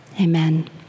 amen